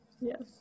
Yes